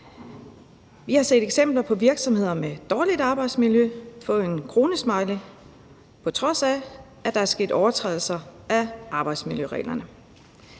Vi har set eksempler på virksomheder med dårligt arbejdsmiljø, der får en kronesmiley, på trods af at der er sket overtrædelser af arbejdsmiljøreglerne.